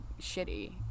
shitty